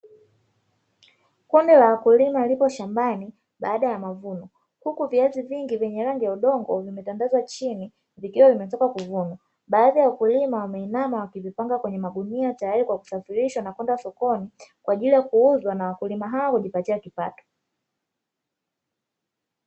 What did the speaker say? Kundi la wakulima liko shambani baada ya mavuno huku viazi vingi vyenye rangi ya udongo vimetandazwa chini vikiwa vimetoka kuvunwa. Baadhi ya wakulima wameinama wakivipanga kwenye magunia tayari kusafirishwa kwa kupelekwa sokono kwa ajili ya kuuzwa na wakulima hao hujipatia kipato.